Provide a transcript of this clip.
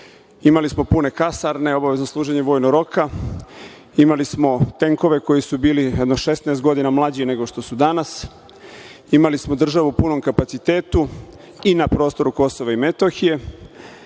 Imali smo pune kasarne, obavezno služenje vojnog roka, imali smo tenkove koji su bili jedno 16 godina mlađi nego što su danas, imali smo državu u punom kapacitetu i na prostoru KiM, ali nismo